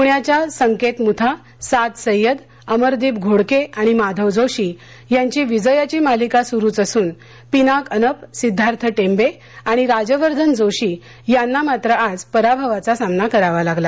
प्ण्याच्या संकेत मुथा साद सय्यद अमरदिप घोडके आणि माधव जोशी यांची विजयाची मालिका सुरूच असून पिनाक अनप सिद्धार्थ टेंबे आणि राजवर्धन जोशी यांना मात्र आज पराभवाचा सामना करावा लागला